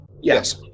Yes